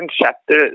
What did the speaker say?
chapter